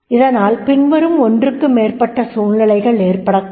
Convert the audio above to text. இதனால் பின்வரும் ஒன்றுக்கும் மேற்பட்ட சூழ்நிலைகள் ஏற்படக்கூடும்